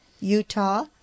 Utah